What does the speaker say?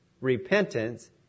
repentance